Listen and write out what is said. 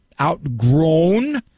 outgrown